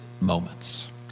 moments